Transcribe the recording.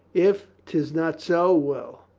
if tis not so, well.